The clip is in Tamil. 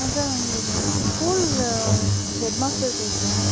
ஆ சார் ஸ்கூல் ஹெட்மாஸ்டர் பேசுகிறேன்